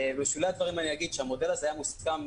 בשולי הדברים אגיד שהמודל הזה היה מוסכם,